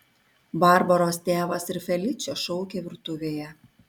barbaros tėvas ir feličė šaukė virtuvėje